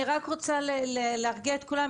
אני רק רוצה להרגיע את כולם,